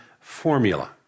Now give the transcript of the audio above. formula